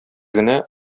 генә